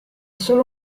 solo